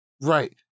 Right